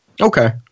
Okay